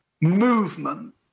movement